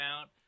out